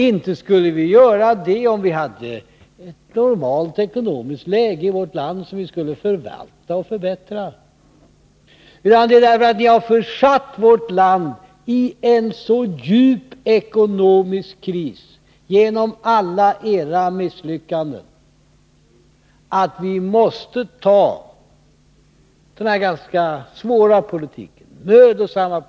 Inte skulle vi ha gjort det om vi hade ett normalt ekonomiskt läge i vårt land, en god ekonomi som vi skulle kunna förvalta och förbättra, utan vi har gjort det därför att ni har försatt vårt land i en så djup ekonomisk kris genom alla era misslyckanden att vi måste föra den här ganska besvärliga politiken, som kommer att innebära ett mödosamt arbete.